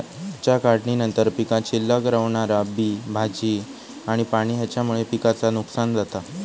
पिकाच्या काढणीनंतर पीकात शिल्लक रवणारा बी, भाजी आणि पाणी हेच्यामुळे पिकाचा नुकसान जाता